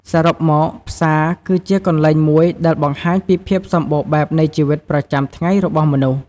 សរុបមក ផ្សារ គឺជាកន្លែងមួយដែលបង្ហាញពីភាពសម្បូរបែបនៃជីវិតប្រចាំថ្ងៃរបស់មនុស្ស។